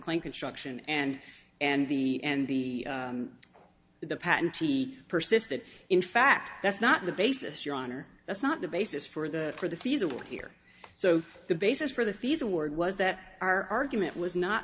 claim construction and and the and the the patent she persisted in fact that's not the basis your honor that's not the basis for the for the feasible here so the basis for the fees award was that are meant was not